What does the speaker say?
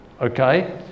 okay